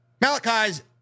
Malachi's